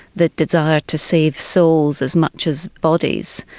the desire to save souls as much as bodies.